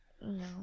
No